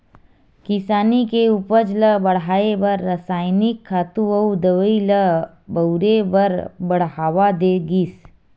किसानी के उपज ल बड़हाए बर रसायनिक खातू अउ दवई ल बउरे बर बड़हावा दे गिस